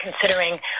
considering